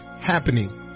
happening